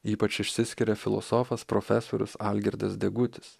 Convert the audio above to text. ypač išsiskiria filosofas profesorius algirdas degutis